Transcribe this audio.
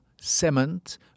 cement